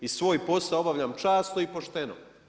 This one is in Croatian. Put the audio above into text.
I svoj posao obavljam časno i pošteno.